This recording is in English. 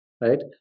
right